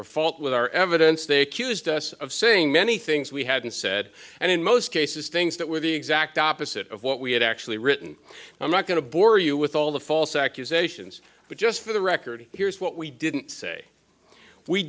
or fault with our evidence they accused us of saying many things we hadn't said and in most cases things that were the exact opposite of what we had actually written i'm not going to bore you with all the false accusations but just for the record here's what we didn't say we